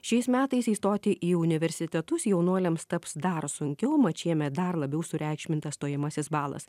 šiais metais įstoti į universitetus jaunuoliams taps dar sunkiau mat šiemet dar labiau sureikšmintas stojamasis balas